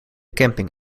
camping